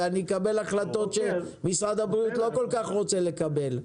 ואני אקבל החלטות שמשרד הבריאות לא רוצה לקבל,